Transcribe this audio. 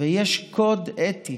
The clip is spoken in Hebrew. ויש קוד אתי